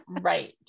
Right